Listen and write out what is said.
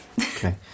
Okay